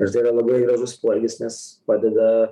ir tai yra labai gražus poelgis nes padeda